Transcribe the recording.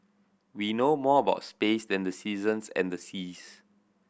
we know more about space than the seasons and the seas